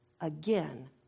again